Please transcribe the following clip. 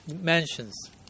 mentions